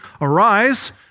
Arise